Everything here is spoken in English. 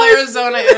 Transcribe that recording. Arizona